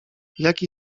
jaki